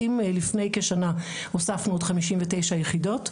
אם לפני כשנה הוספנו עוד חמישים ותשע יחידות,